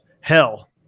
hell